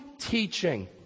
teaching